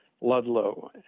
Ludlow